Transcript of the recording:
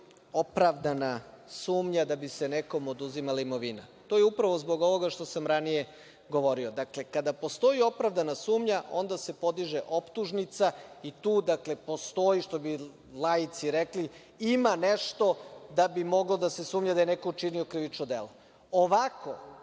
opravdana sumnja da bi se nekom oduzimala imovina. To je upravo zbog ovoga što sam ranije govorio. Dakle, kada postoji opravdana sumnja, onda se podiže optužnica i tu, dakle, postoji, što bi laici rekli, ima nešto da bi moglo da se sumnja da je neko učinio krivično delo. Ovako,